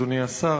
אדוני השר,